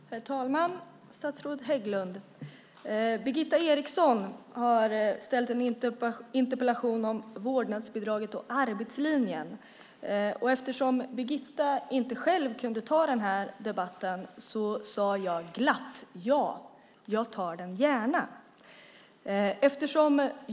Herr talman och statsrådet Hägglund! Birgitta Eriksson har väckt en interpellation om vårdnadsbidraget och arbetslinjen. Eftersom Birgitta inte själv kunde ta debatten sade jag glatt att jag gärna kunde ta den.